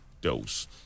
dose